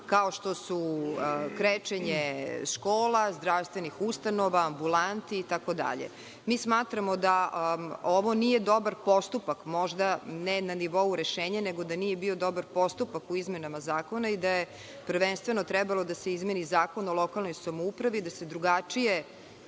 kao što su krečenje škola, zdravstvenih ustanova, ambulanti itd. Mi smatramo da ovo nije dobar postupak, možda ne na nivou rešenja, nego da nije bio dobar postupak u izmenama zakona i da je prvenstveno trebalo da se izmeni Zakon o lokalnoj samoupravi, da se drugačije